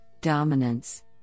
dominance